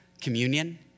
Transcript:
communion